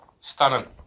stunning